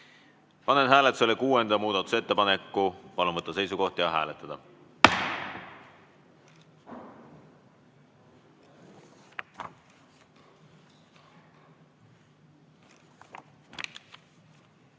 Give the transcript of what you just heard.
Panen hääletusele viienda muudatusettepaneku. Palun võtta seisukoht ja hääletada!